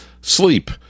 sleep